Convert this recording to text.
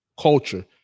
Culture